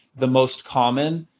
the most common,